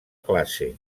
classe